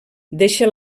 deixa